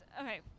Okay